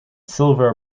silver